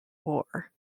war